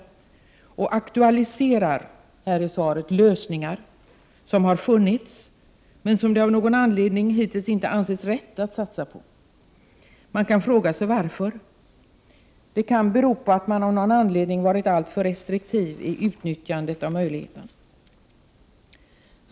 Skolministern aktualiserar i svaret lösningar som har funnits men som det har av någon anledning hittills inte ansetts rätt att satsa på. Man kan fråga sig varför. Det kan bero på att man av någon anledning varit alltför restriktiv i utnyttjandet av möjligheterna.